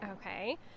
Okay